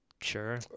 Sure